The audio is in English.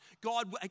God